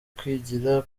kwigira